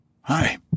Hi